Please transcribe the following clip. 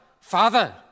Father